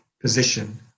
position